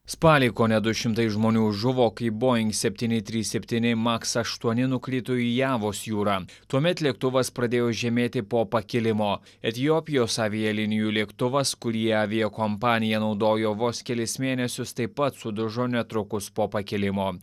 spalį kone du šimtai žmonių žuvo kai boing septyni trys septyni maks aštuoni nukrito į javos jūrą tuomet lėktuvas pradėjo žemėti po pakilimo etiopijos avialinijų lėktuvas kurį aviakompanija naudojo vos kelis mėnesius taip pat sudužo netrukus po pakilimo